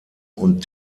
und